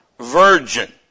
virgin